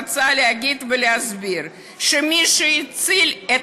רוצה להגיד ולהסביר שמי שהצילו את